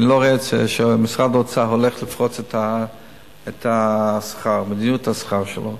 ואני לא רואה שמשרד האוצר הולך לפרוץ את מדיניות השכר שלו.